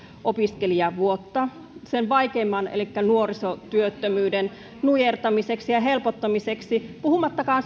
opiskelijavuotta sen vaikeimman elikkä nuorisotyöttömyyden nujertamiseksi ja helpottamiseksi puhumattakaan